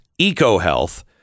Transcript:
EcoHealth